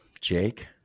Jake